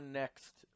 next